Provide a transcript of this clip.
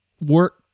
work